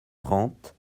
trente